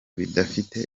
bidafite